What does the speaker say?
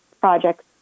projects